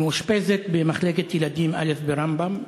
היא מאושפזת במחלקת ילדים א' ברמב"ם,